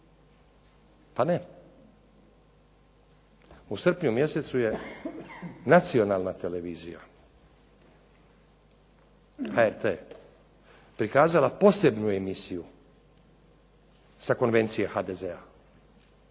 Pa ne. U srpnju mjesecu je nacionalna televizija HRT prikazala posebnu emisiju sa konvencije HDZ-a,